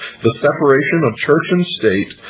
the separation of church and state,